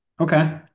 Okay